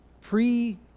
pre